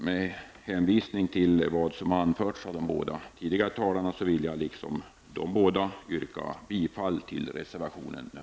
Med hänvisning till vad som anförts av de båda föregående talarna yrkar jag i likhet med dessa bifall till reservation nr 1.